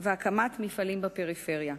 והקמת מפעלים בפריפריה.